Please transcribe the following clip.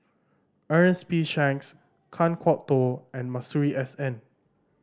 Ernest P Shanks Kan Kwok Toh and Masuri S N